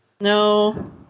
No